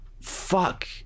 Fuck